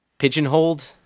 pigeonholed